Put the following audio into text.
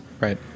right